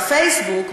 בפייסבוק,